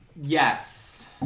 Yes